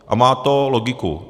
A má to logiku.